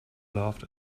laughed